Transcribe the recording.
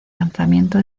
lanzamiento